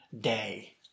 day